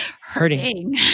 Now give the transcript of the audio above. Hurting